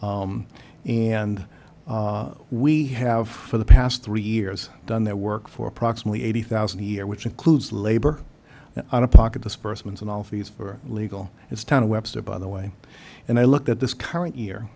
and we have for the past three years done that work for approximately eighty thousand a year which includes labor out of pocket disbursements and all fees for legal it's kind of webster by the way and i look at this current year